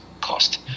cost